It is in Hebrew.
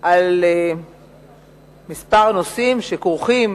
על כמה נושאים שכרוכים